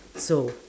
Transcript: so